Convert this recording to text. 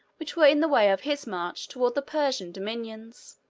which were in the way of his march toward the persian dominions.